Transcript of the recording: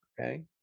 Okay